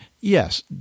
yes